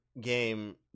game